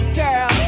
girl